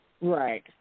Right